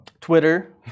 Twitter